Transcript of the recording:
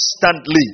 constantly